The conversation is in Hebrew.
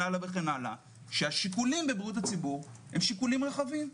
הלאה וכן הלאה שהשיקולים בבריאות הציבור הם שיקולים רחבים.